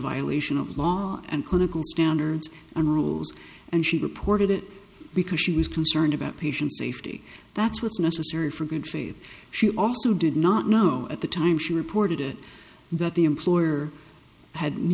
violation of law and clinical standards and rules and she reported it because she was concerned about patient safety that's what's necessary for good faith she also did not know at the time she reported it that the employer had